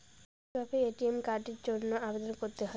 কিভাবে এ.টি.এম কার্ডের জন্য আবেদন করতে হয়?